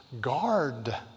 Guard